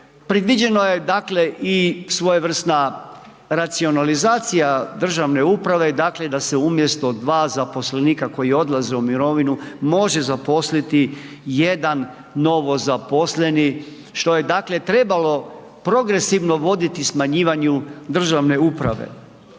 Predviđeno je, dakle i svojevrsna racionalizacija državne uprave, dakle, da se umjesto dva zaposlenika, koji odlaze u mirovinu, može zaposliti jedan novozaposleni, što je, dakle, trebalo progresivno voditi smanjivanju državne uprave.